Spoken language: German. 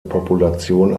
population